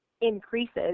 increases